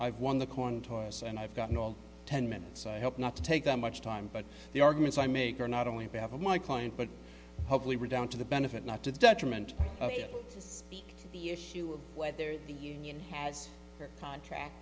i've won the coin toss and i've gotten all ten minutes help not to take that much time but the arguments i make are not only behalf of my client but hopefully we're down to the benefit not to the detriment of the issue of whether the union has contract